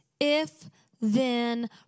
If-then